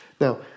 Now